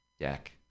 deck